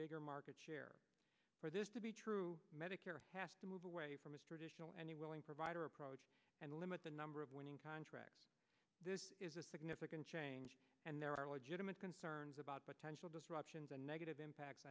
bigger market share for this to be true medicare has to move away from its traditional and the willing provider approach and limit the of winning contracts this is a significant change and there are legitimate concerns about potential disruptions and negative impact